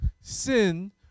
sin